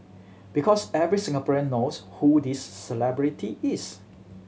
because every Singaporean knows who this celebrity is